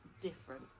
Different